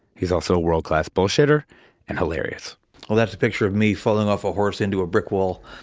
he's also a world-class bullshitter and hilarious oh, that's a picture of me falling off a horse into a brick wall